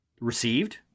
received